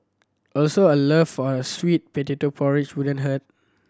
also a love for a sweet potato porridge wouldn't hurt